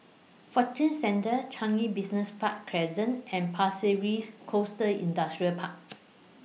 Fortune Centre Changi Business Park Crescent and Pasir Ris Coast Industrial Park